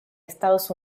estados